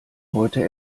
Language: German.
heute